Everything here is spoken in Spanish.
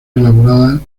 elaborada